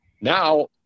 now